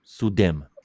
Sudem